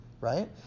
right